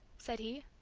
said he.